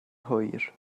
hwyr